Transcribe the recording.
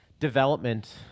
development